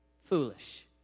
Foolish